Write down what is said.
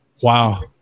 wow